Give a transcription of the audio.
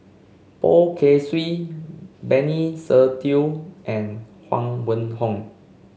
Poh Kay Swee Benny Se Teo and Huang Wenhong